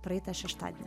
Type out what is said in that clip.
praeitą šeštadienį